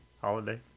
Holiday